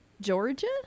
Georgia